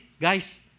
Guys